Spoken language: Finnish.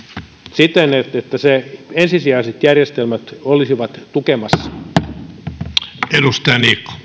siten että ensisijaiset järjestelmät olisivat tukemassa